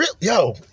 Yo